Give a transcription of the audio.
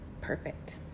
Perfect